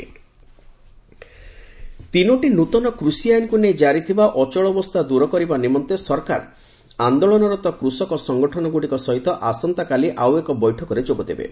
centre farmer ତିନୋଟି ନୃତନ କୁଷି ଆଇନକୁ ନେଇ କାରି ଥିବା ଅଚଳାବସ୍ଥା ଦୂର କରିବା ନିମନ୍ତେ ସରକାର ଆନ୍ଦୋଳନରତ କୃଷକ ସଙ୍ଗଠନଗୁଡ଼ିକ ସହିତ ଆସନ୍ତାକାଲି ଆଉ ଏକ ବୈଠକରେ ଯୋଗଦେବେ